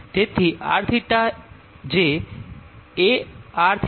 તેથી rθ જે A